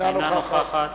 אינה נוכחת